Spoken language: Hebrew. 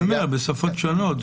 אני מדבר על שפות שונות.